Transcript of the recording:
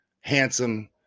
handsome